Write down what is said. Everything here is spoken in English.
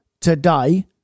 today